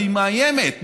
והיא מאיימת,